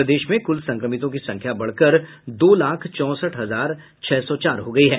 प्रदेश में कुल संक्रमितों की संख्या बढ़कर दो लाख चौंसठ हजार छह सौ चार हो गयी है